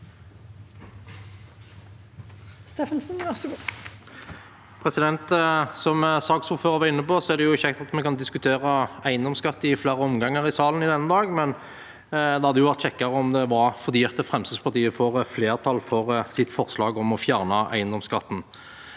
Som saksordfører- en var inne på, er det kjekt at vi kan diskutere eiendomsskatt i flere omganger i salen i dag, men det hadde vært kjekkere om det var fordi Fremskrittspartiet får flertall for sitt forslag om å fjerne eiendomsskatten.